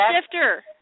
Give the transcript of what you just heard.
shifter